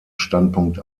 standpunkt